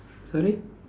sorry